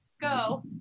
go